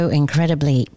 incredibly